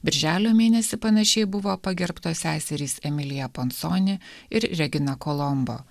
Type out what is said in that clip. birželio mėnesį panašiai buvo pagerbtos seserys emilija poncone ir regina kolombo